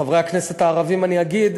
לחברי הכנסת הערבים אני אגיד: